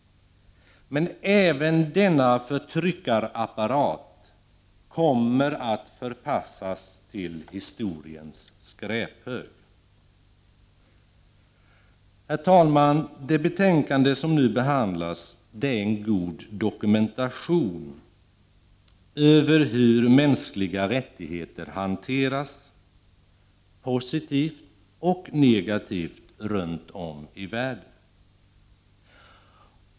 Även denna förtryckarapparat kommer att förpassas till historiens skräphög. Herr talman! Det betänkande som nu behandlas innehåller en god dokumentation av hur mänskliga rättigheter hanteras, positivt och negativt, runt om i världen.